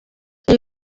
iyi